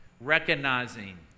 recognizing